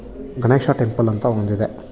Ganesha temple ಅಂತ ಒಂದಿದೆ